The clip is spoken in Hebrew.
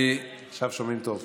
עכשיו שומעים טוב.